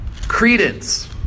Credence